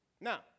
Now